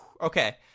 Okay